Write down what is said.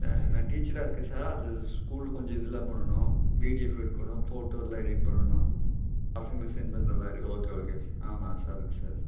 நான் டீச்சராக இருக்கேன் சார் அது ஸ்கூலில் கொஞ்சம் இதலாம் பண்ணணும் பிடிஎஃப் எடுக்கணும் ஃபோட்டோலாம் எடிட் பண்ணணும் பசங்களுக்கு செண்ட் பண்ணுற மாதிரி ஓகே ஓகே சார் ஆமாம் சார் அதுக்கு சார்